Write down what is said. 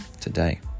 today